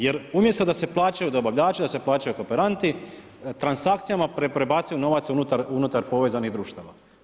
Jer umjesto da se plaćaju dobavljači, da se plaćaju kooperanti transakcijama prebacuju novac unutar povezanih društava.